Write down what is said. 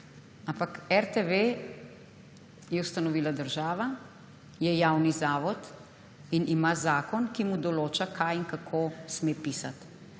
ampak RTV je ustanovila država, je javni zavod in ima zakon, ki mu določa, kaj in kako sme pisati.